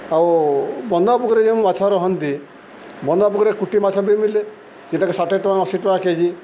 ଆଉ ବନ୍ଧା ପୋଖରୀରେ ଯେଉଁ ମାଛ ରୁହନ୍ତି ବନ୍ଧ ପୋଖରୀରେ କୁଟି ମାଛ ବି ମିଲେ ଜେନ୍ଟାକି ଷାଠେ ଟଙ୍କା ଅଶୀ ଟଙ୍କା କେ ଜି